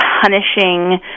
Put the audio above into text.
punishing